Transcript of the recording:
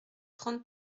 trente